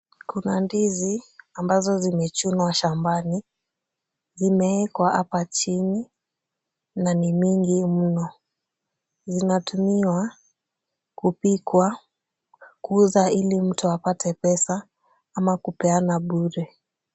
Kuna ndizi ambazo zimechunwa shambani, zimewekwa hapa chini na ni mingi mno. Zinatumiwa kupikwa, kuuza ili mtu apate pesa ama kupeana bure.